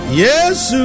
yes